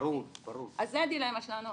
זו הדילמה שלנו.